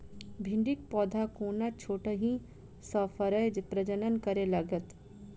भिंडीक पौधा कोना छोटहि सँ फरय प्रजनन करै लागत?